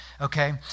okay